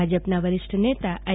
ભાજપના વરિષ્ઠ નેતા આઈ